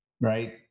right